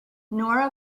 nora